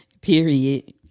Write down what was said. Period